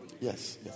Yes